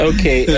Okay